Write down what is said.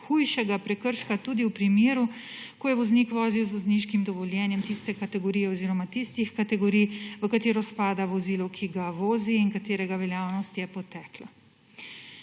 hujšega prekrška tudi v primeru, ko je voznik vozil z vozniškim dovoljenjem tistih kategorij, v katero spada vozilo, ki ga vozi, in katerega veljavnost je potekla.